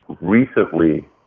Recently